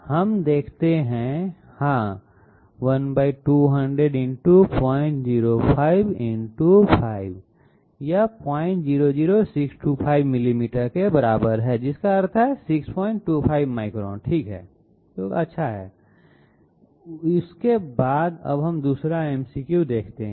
हम देखते हैं हाँ 1200 × 025 × 5 यह 000625 मिलीमीटर के बराबर है जिसका अर्थ है 625 माइक्रोन ठीक है जो कि अच्छा है उसके बाद हम दूसरा MCQ देखते हैं